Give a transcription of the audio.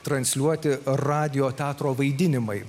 transliuoti radijo teatro vaidinimai